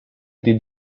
did